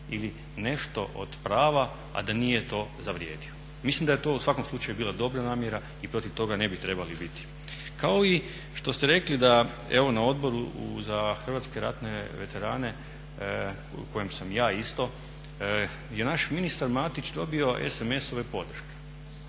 ili nešto od prava, a da nije to zavrijedio. Mislim da je to u svakom slučaju bila dobra namjera i protiv toga ne bi trebali biti. Kao i što ste rekli na Odboru za hrvatske ratne veterane u kojem sam ja isto je naš ministar Matić dobio SMS-ove podrške,